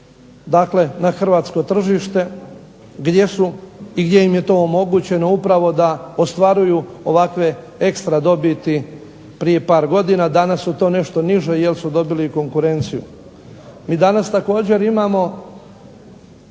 dakle na hrvatsko tržište, gdje su i gdje im je to omogućeno upravo da ostvaruju ovakve ekstra dobiti prije par godina, danas su to nešto niže jer su dobili konkurenciju. Mi danas također imamo